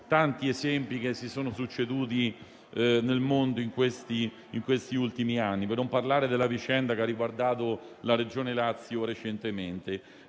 gli esempi che si sono succeduti nel mondo negli ultimi anni, per non parlare della vicenda che ha riguardato la Regione Lazio recentemente.